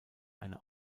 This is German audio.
eine